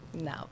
no